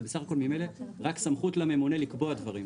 זה בסך הכל ממילא רק סמכות לממונה לקבוע דברים.